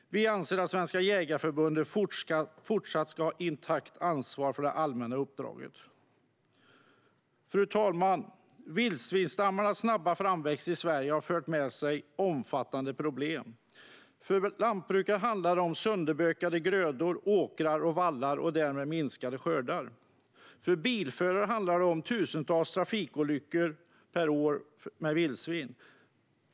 Vi anser att Svenska Jägareförbundet fortsatt ska ha intakt ansvar för det allmänna uppdraget. Fru talman! Vildsvinsstammens snabba framväxt i Sverige har fört med sig omfattande problem. För lantbrukare handlar det om sönderbökade grödor, åkrar och vallar och därmed minskade skördar. För bilförare handlar det om tusentals trafikolyckor per år med vildsvin.